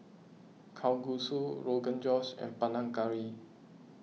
Kalguksu Rogan Josh and Panang Curry